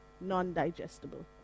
non-digestible